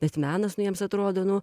bet menas nu jiems atrodo nu